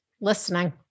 listening